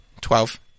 Twelve